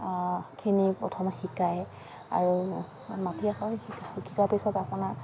খিনি প্ৰথম শিকায় আৰু মাটি আখৰা শিকোৱাৰ পিছত আপোনাৰ